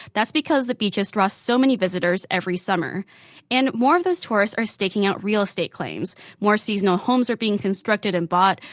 that's because the beaches draw so many visitors every summer and more of those tourists are staking out real estate claims. more seasonal homes are being constructed and bought.